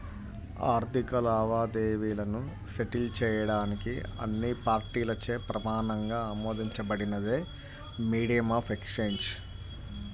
ఆర్థిక లావాదేవీలను సెటిల్ చేయడానికి అన్ని పార్టీలచే ప్రమాణంగా ఆమోదించబడినదే మీడియం ఆఫ్ ఎక్సేంజ్